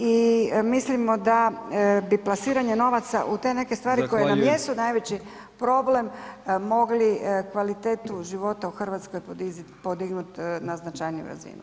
I mislimo da bi plasiranje novaca u te neke stvari koje nam jesu najveći problem mogli kvalitetu života u Hrvatskoj podignuti na značajniju razinu.